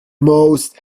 most